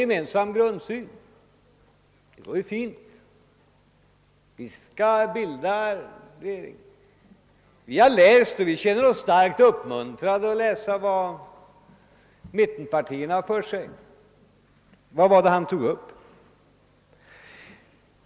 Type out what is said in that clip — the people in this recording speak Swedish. Ni skall alltså bilda regering. Vi har läst vad mittenpartierna skrivit och känner oss starkt uppmuntrade, sade han. Men vad var det han tog upp?